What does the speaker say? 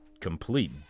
complete